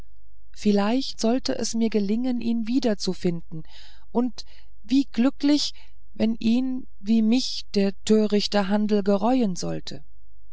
vielleicht sollte es mir gelingen ihn wieder zu finden und wie glücklich wenn ihn wie mich der törichte handel gereuen sollte